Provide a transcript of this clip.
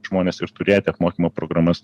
žmones ir turėti apmokymo programas